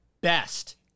best